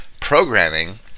programming